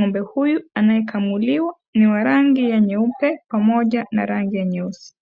ng'ombe huyu anayekamuliwa ni wa rangi ya nyeupe pamoja na rangi nyeusi.